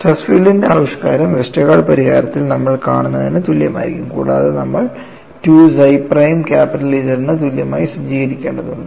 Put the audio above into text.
stress ഫീൽഡിന്റെ ആവിഷ്കാരം Westergaard പരിഹാരത്തിൽ നമ്മൾ കാണുന്നതിനു തുല്യമായിരിക്കും കൂടാതെ നമ്മൾ 2 psi പ്രൈം ക്യാപിറ്റൽ Zന് തുല്യമായി സജ്ജീകരിക്കേണ്ടതുണ്ട്